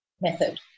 method